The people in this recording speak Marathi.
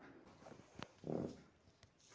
माझे वडील आमच्या शेतात एकच पोषक खत वापरतात